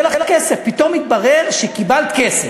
היה לך כסף, פתאום התברר שקיבלת כסף.